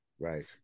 right